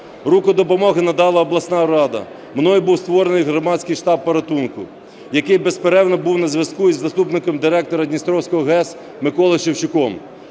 Руку допомоги надала обласна рада. М ною був створений громадський штаб порятунку, який безперервно був на зв'язку із заступником директора Дністровської ГАЕС Миколою Шевчуком.